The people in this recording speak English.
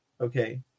Okay